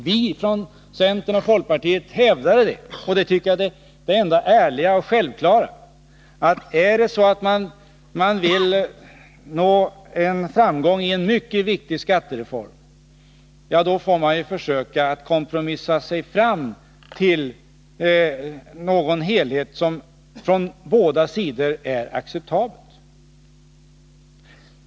Vi från centern och folkpartiet hävdade — och det tycker jag är det enda ärliga och självklara — att om man vill nå framgång i en mycket viktig skattereform får man försöka kompromissa sig fram till någon helhet som från båda sidor är acceptabel.